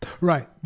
Right